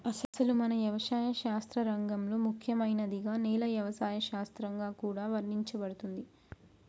అసలు మన యవసాయ శాస్త్ర రంగంలో ముఖ్యమైనదిగా నేల యవసాయ శాస్త్రంగా కూడా వర్ణించబడుతుంది